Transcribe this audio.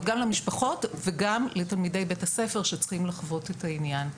למשפחות וגם לתלמידי בית הספר שצריכים לחוות את העניין.